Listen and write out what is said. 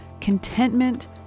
contentment